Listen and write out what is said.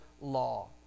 law